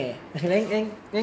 don't anyhow say